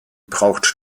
braucht